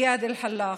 איאד אלחלאק,